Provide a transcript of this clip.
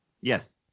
Yes